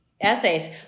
essays